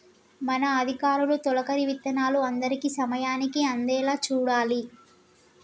మన అధికారులు తొలకరి విత్తనాలు అందరికీ సమయానికి అందేలా చూడాలి